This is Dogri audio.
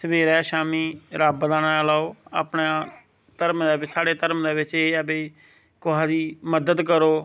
सबेरे शामी रब्ब दा ना लैओ अपना धर्म स्हाड़े धर्म दे बिच एह् ऐ भाई कोहा दी मदद करो